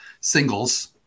Singles